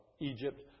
Egypt